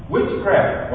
Witchcraft